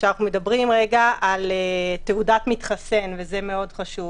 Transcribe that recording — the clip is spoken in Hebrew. כשאנחנו מדברים על תעודת המתחסן וזה חשוב,